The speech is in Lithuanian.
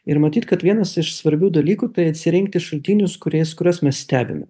ir matyt kad vienas iš svarbių dalykų tai atsirinkti šaltinius kuriais kuriuos mes stebime